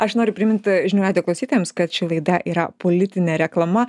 aš noriu primint žinių radijo klausytojams kad ši laida yra politinė reklama